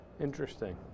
interesting